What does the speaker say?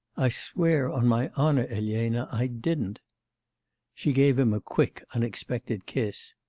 i swear on my honour, elena, i didn't she gave him a quick unexpected kiss.